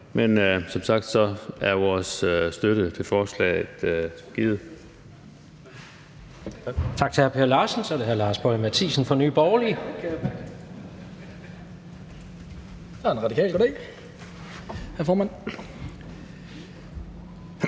Men som sagt er vores støtte til forslaget givet.